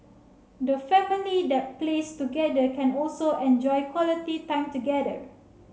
the family that plays together can also enjoy quality time together